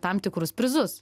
tam tikrus prizus